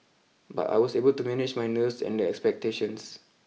but I was able to manage my nerves and the expectations